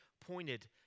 pointed